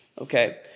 okay